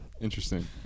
interesting